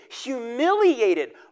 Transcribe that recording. humiliated